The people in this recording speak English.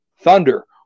thunder